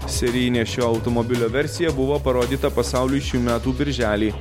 serijinė šio automobilio versija buvo parodyta pasauliui šių metų birželį